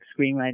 screenwriting